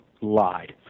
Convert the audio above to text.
lied